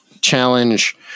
challenge